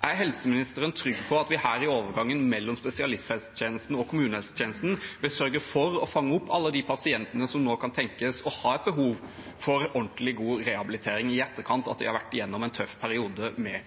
vil fange opp alle de pasientene som nå kan tenkes å ha et behov for ordentlig god rehabilitering, i etterkant av at de har vært gjennom en tøff periode med